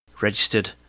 registered